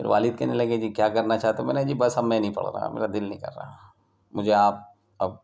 پھر والد کہنے لگے جی کیا کرنا چاہتے ہو میں نے کہا جی بس اب میں نہیں پڑ رہا میرا دل نہیں کر رہا مجھے آپ اب